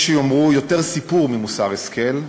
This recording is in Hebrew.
יש שיאמרו: 'יותר סיפור ממוסר השכל',